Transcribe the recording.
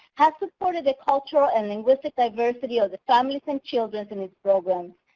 has supported a cultural and linguistic diversity of the families and children in it's programs.